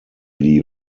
lee